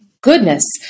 goodness